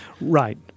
Right